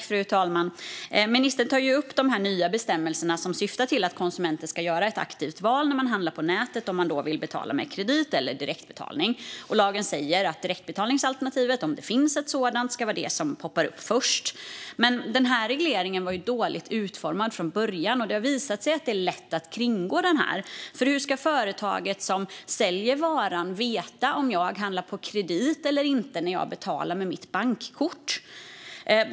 Fru talman! Ministern tar upp de nya bestämmelser som syftar till att konsumenter när de handlar på nätet ska göra ett aktivt val av om de vill betala med kredit eller genom direktbetalning. Lagen säger att direktbetalningsalternativet, om det finns ett sådant, ska vara det som poppar upp först. Men den här regleringen var dåligt utformad från början, och det har visat sig att det är lätt att kringgå den. För hur ska företaget som säljer varan veta om jag handlar på kredit eller inte när jag betalar med mitt bankkort?